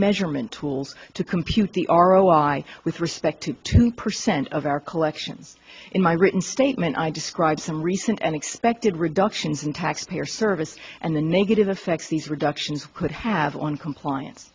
measurement tools to compute the r o y with respect to ten percent of our collection in my written statement i describe some recent unexpected reductions in taxpayer service and the negative effect these reductions could have on compliance